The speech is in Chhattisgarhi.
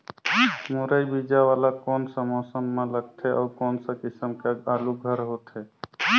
मुरई बीजा वाला कोन सा मौसम म लगथे अउ कोन सा किसम के आलू हर होथे?